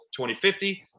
2050